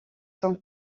sont